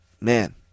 man